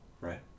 right